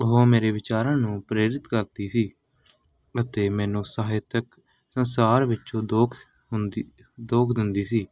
ਉਹ ਮੇਰੇ ਵਿਚਾਰਾਂ ਨੂੰ ਪ੍ਰੇਰਿਤ ਕਰਦੀ ਸੀ ਅਤੇ ਮੈਨੂੰ ਸਾਹਿਤਕ ਸੰਸਾਰ ਵਿੱਚੋਂ ਦੋਖ ਹੁੰਦੀ ਦੋਗ ਦਿੰਦੀ ਸੀ